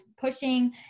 pushing